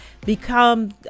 become